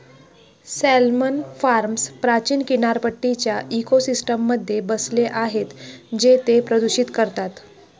salmon farms प्राचीन किनारपट्टीच्या इकोसिस्टममध्ये बसले आहेत जे ते प्रदूषित करतात